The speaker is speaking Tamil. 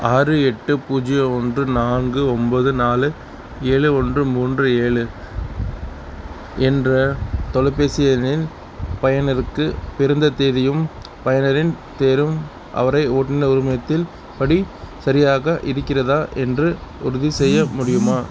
ஆறு எட்டு பூஜ்ஜியம் ஓன்று நான்கு ஒம்பது நாலு ஏழு ஓன்று மூன்று ஏழு என்ற தொலைபேசி எண்ணின் பயனருக்கு பிறந்த தேதியும் பயனரின் பேரும் அவருடைய ஓட்டுனர் உரிமத்தின் படி சரியாக இருக்கிறதா என்று உறுதிசெய்ய முடியுமா